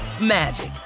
magic